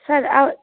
sir or